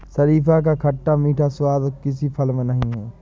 शरीफा का खट्टा मीठा स्वाद और किसी फल में नही है